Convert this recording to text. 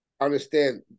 understand